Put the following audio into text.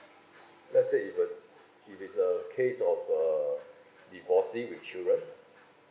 let's say if uh if it's a case of a divorcee with children